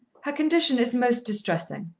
her condition is most distressing.